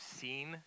seen